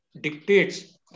dictates